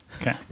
Okay